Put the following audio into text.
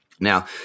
Now